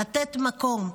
לתת מקום.